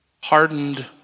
hardened